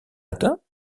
atteints